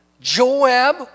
Joab